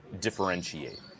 differentiate